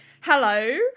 Hello